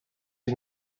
ich